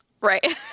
Right